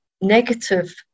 Negative